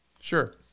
Sure